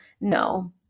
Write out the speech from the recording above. no